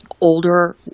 older